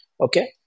Okay